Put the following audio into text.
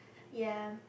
ya